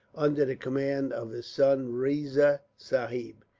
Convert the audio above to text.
under the command of his son riza sahib.